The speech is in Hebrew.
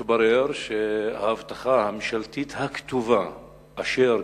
מתברר שההבטחה הממשלתית הכתובה אשר